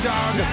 Dog